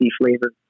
flavor